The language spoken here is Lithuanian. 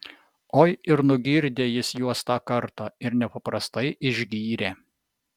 oi ir nugirdė jis juos tą kartą ir nepaprastai išgyrė